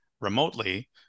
remotely